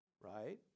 right